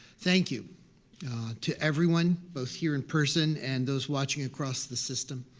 thank you to everyone, both here in person and those watching across the system,